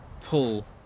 pull